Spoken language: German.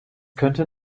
könnte